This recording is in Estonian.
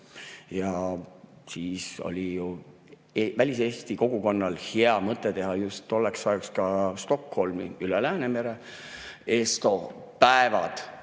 Ja siis oli ju väliseesti kogukonnal hea mõte teha just tollel ajal ka Stockholmis, üle Läänemere, ESTO päevad.